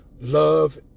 love